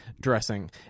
dressing